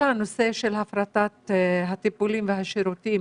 כל הנושא של הפרטת הטיפולים והשירותים